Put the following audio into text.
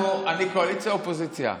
אני קואליציה או אופוזיציה?